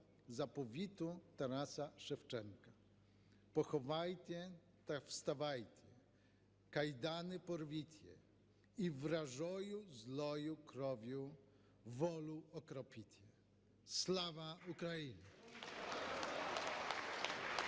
"Заповіту" Тараса Шевченка. "Поховайте та вставайте, кайдани порвіте і вражою злою кров'ю волю окропіте." Слава Україні!